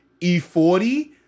E40